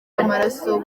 amaraso